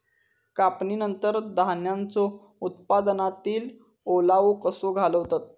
कापणीनंतर धान्यांचो उत्पादनातील ओलावो कसो घालवतत?